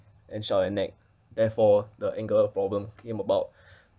and shout and nag therefore the anger problem came about